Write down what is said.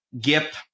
Gip